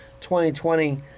2020